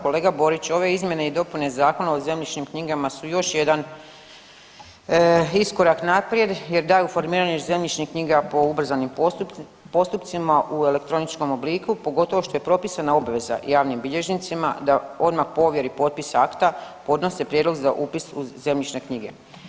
Kolega Borić, ove izmjene i dopune Zakona o zemljišnim knjigama su još jedan iskorak naprijed jer … formiranje zemljišnih knjiga po ubrzanim postupcima u elektroničkom obliku, pogotovo što je propisana obveza javnim bilježnicima da odmah po ovjeri potpisa akta podnose prijedlog za upis u zemljišne knjige.